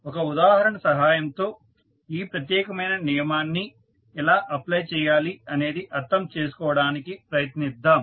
ఒక ఉదాహరణ సహాయంతో ఈ ప్రత్యేకమైన నియమాన్ని ఎలా అప్లై చేయాలి అనేది అర్థం చేసుకోవడానికి ప్రయత్నిద్దాం